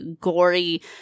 gory